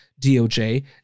DOJ